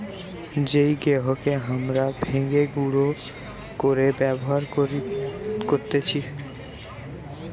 যেই গেহুকে হামরা ভেঙে গুঁড়ো করে ব্যবহার করতেছি